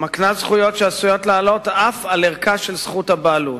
מקנה זכויות שעשויות לעלות אף על ערכה של זכות הבעלות.